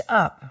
up